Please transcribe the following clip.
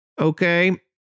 Okay